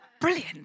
Brilliant